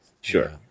Sure